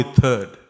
third